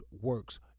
works